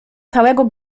całego